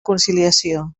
conciliació